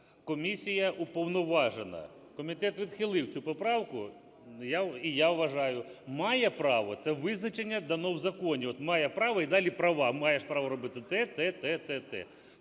комісія "уповноважена". Комітет відхилив цю поправку. І я вважаю, "має право" – це визначення дано в законі, от, має право і далі права, маєш право робити те, те, те.